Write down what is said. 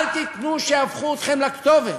אל תיתנו שיהפכו אתכם לכתובת.